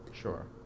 sure